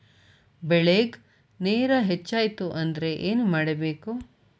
ಬೆಳೇಗ್ ನೇರ ಹೆಚ್ಚಾಯ್ತು ಅಂದ್ರೆ ಏನು ಮಾಡಬೇಕು?